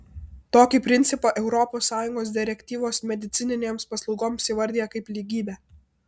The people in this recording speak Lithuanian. tokį principą europos sąjungos direktyvos medicininėms paslaugoms įvardija kaip lygybę